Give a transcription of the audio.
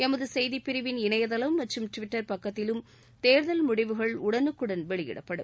எமது செய்தி பிரிவின் இணையதளம் மற்றும் டிவிட்டர் பக்கத்திலும் தேர்தல் முடிவுகள் உடனுக்குடன் வெளியிடப்படும்